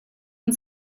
and